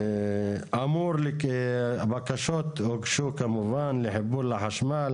אמרו לי כי הבקשות הוגשו כמובן לחיבור לחשמל